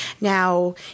Now